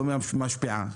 לא משפיעה.